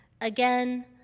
Again